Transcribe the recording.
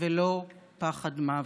ולא פחד מוות.